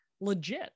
legit